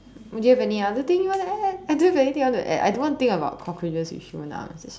do you have any other thing you want to add I don't have anything I want to add I don't want to think about cockroaches with human arms it's just